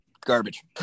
garbage